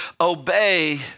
obey